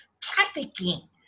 Trafficking